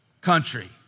country